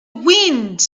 wind